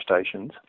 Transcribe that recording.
stations